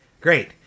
great